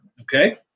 okay